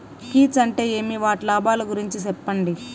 కీచ్ అంటే ఏమి? వాటి లాభాలు గురించి సెప్పండి?